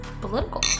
political